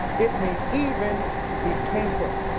it may even be painful.